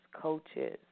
coaches